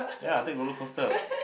ya take rollercoaster